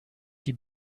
die